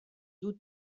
dut